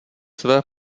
své